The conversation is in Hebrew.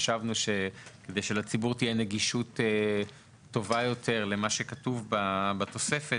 חשבנו שכדי לציבור תהיה נגישות טובה יותר למה שכתוב בתוספת,